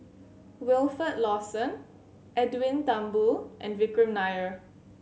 Wilfed Lawson Edwin Thumboo and Vikram Nair